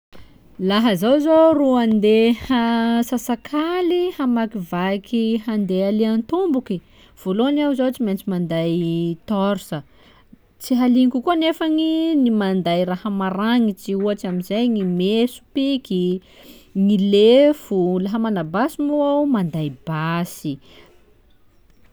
Laha zaho zô roy handeha sasakaly hamakivaky handeha aleha an-tomboky, vôlohany aho izao tsy maintsy manday torche, tsy halignoko koa anefa gny manday raha maragnitsy, ohatsy amzay: gny meso, piky, gny lefo, laha mana basy moa aho manday basy.